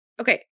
Okay